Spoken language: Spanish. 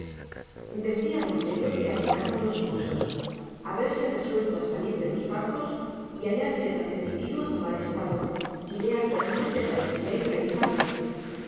decía don pedro que le admiraban dos cosas haberse resuelto a salir de los pazos y hallarse tan decidido a tomar estado idea que antes le parecía irrealizable